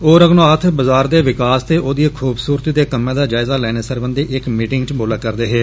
ओ रघुनाथ बाजार दे विकास ते औदी खूबसूरती दे कम्मै दा जायजा लैने सरबंधी इक मीटिंग च बोलै करदे हे